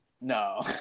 no